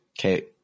Okay